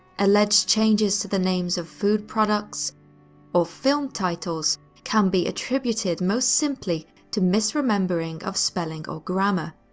alleged changes to the names of food products or film titles can be attributed most simply to misremembering of spelling or grammar,